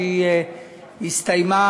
שהדיון בה